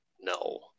No